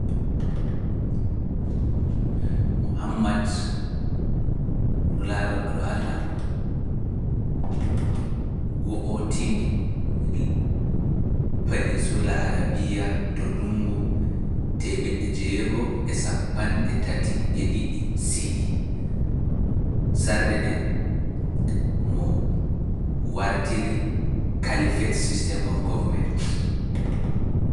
Mohammad, nulaaɗo Alla, go'o tinnii panisula Arabiya to ndungu ngu mi inni, sarɗa nde mo wartiri kalifet Sisteme of Government.